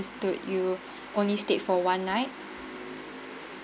understood you only stayed for one night